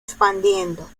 expandiendo